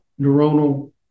neuronal